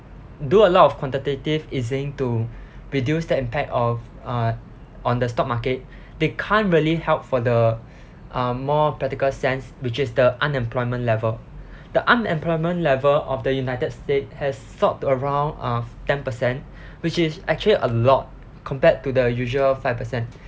do a lot of quantitative easing to reduce the impact of uh on the stock market they can't really help for the uh more practical sense which is the unemployment level the unemployment level of the united states has stopped around uh ten percent which is actually a lot compared to the usual five percent